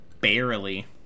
Barely